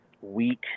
week